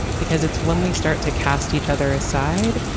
because it's when we start to cast each other aside,